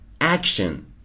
action